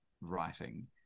writing